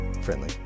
Friendly